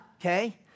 okay